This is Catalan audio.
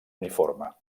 uniforme